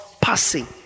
passing